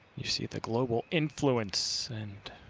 you see the global influence and